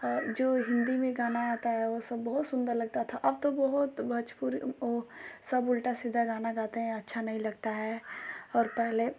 जो हिंदी में गाना आता है वो सब बहुत सुंदर लगता था अब तो बहुत भोजपुरी ओह सब उल्टा सीधा गाना गाते हैं अच्छा नहीं लगता है और पहले